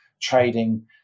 trading